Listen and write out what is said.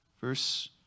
verse